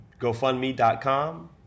GoFundMe.com